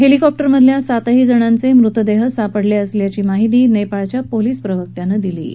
हेलिकॉप्टरमधल्या सातही जणांचे मृतदेह सापडले असल्याची माहीती नेपाळ पोलिसांच्या प्रवक्त्यानं दिली आहे